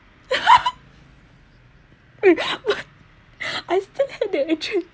but I still had the injury